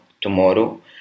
tomorrow